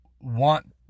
want